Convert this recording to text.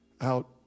out